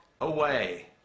away